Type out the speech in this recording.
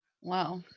Wow